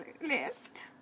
list